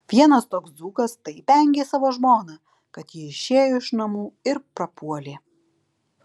vienas toks dzūkas taip engė savo žmoną kad ji išėjo iš namų ir prapuolė